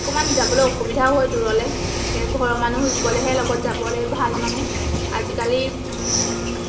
অকণমান যাবলৈ অসুবিধাও হয় দূৰলৈ এনেকৈ ঘৰৰ মানুহ গ'লেহে লগত যাবলৈ ভাল মানে আজিকালি